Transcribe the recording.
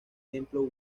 templo